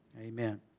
Amen